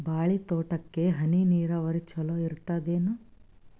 ಬಾಳಿ ತೋಟಕ್ಕ ಹನಿ ನೀರಾವರಿ ಚಲೋ ಇರತದೇನು?